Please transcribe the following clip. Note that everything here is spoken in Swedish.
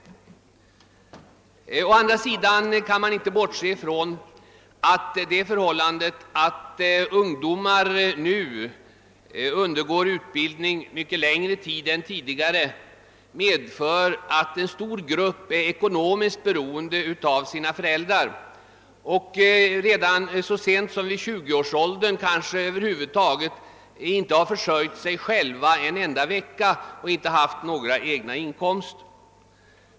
Å andra sidan kan man inte bortse från att det förhållandet, att ungdomar numera undergår mycket längre utbildning än tidigare, medför att en stor grupp ungdomar är ekonomiskt beroende av sina föräldrar och så sent som i 20-årsåldern över huvud taget kanske inte har försörjt sig själva en enda vecka, inte haft några egna inkomster.